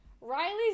Riley's